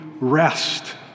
rest